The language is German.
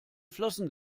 flossen